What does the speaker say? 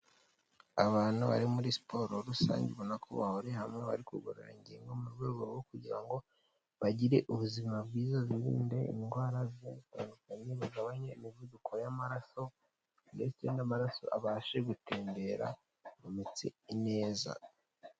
Abantu bari muri siporo rusange ubona ko bahuriye hamwe arikogorora ingingo mu rwego rwo kugirango ngo bagire ubuzima bwiza birinde indwara zitandukanye bagabanye imivuduko y'amaraso ndetse n'amaraso abashe gutembera mu mitsi ineza.